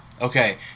Okay